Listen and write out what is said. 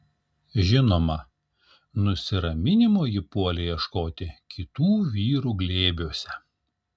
žinoma nusiraminimo ji puolė ieškoti kitų vyrų glėbiuose